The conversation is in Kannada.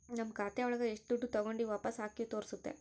ನಮ್ ಖಾತೆ ಒಳಗ ಎಷ್ಟು ದುಡ್ಡು ತಾಗೊಂಡಿವ್ ವಾಪಸ್ ಹಾಕಿವಿ ತೋರ್ಸುತ್ತೆ